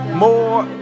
more